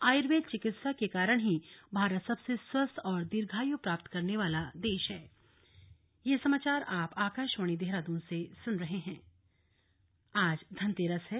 आयुर्वेद चिकित्सा के कारण ही भारत सबसे स्वस्थ और दीर्घायु प्राप्त करने वाला देश ळें धनतेरस आज धनतेरस है